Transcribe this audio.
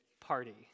party